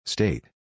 State